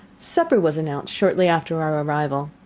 supper was announced shortly after our arrival.